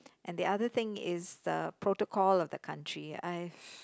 and the other thing is the protocol of the country I